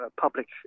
public